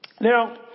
Now